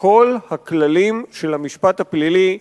כל הכללים של המשפט הפלילי,